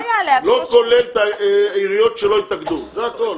לא כולל עיריות שלא התאגדו זה הכול,